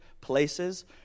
places